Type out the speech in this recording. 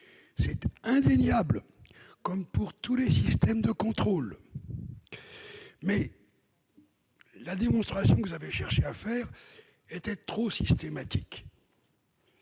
C'est indéniable, comme pour tous les systèmes de contrôle. Mais la démonstration qu'il a avancée est trop systématique.